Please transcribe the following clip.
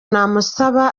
namusaba